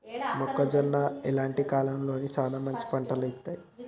మొక్కజొన్న లాంటివి ఏ కాలంలో సానా మంచి పంటను ఇత్తయ్?